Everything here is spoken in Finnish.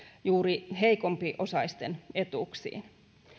juuri heikompiosaisten etuuksiin